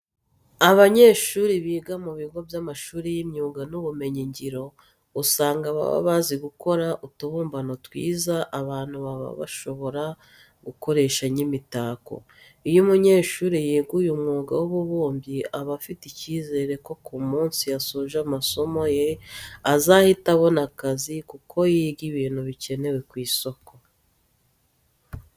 Abanyeshuri biga mu bigo by'amashuri y'imyuga n'ubumenyingiro, usanga baba bazi gukora utubumbano twiza abantu baba bashobora gukoresha nk'imitako. Iyo umunyeshuri yiga uyu mwuga w'ububumbyi aba afite icyizere ko umunsi yasoje amasomo ye azahita abona akazi kuko yiga ibintu bikenewe ku isoko.